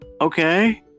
okay